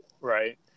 Right